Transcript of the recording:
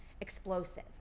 explosive